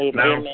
now